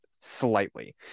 slightly